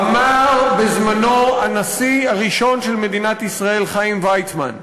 אמר בזמנו הנשיא הראשון של מדינת ישראל חיים ויצמן,